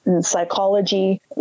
Psychology